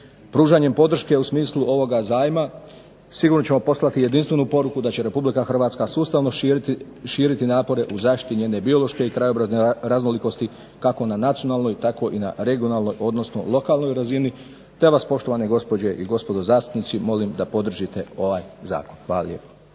Pružanjem podrške u smislu ovoga zajma sigurno ćemo poslati jedinstvenu poruku da će Republika Hrvatska sustavno širiti napore u zaštiti njene biološke i krajobrazne raznolikosti kako na nacionalnoj, tako i na regionalnoj odnosno lokalnoj razini te vas poštovane gospođe i gospodo zastupnici molim da podržite ovaj zakon. Hvala lijepo.